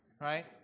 right